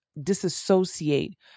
disassociate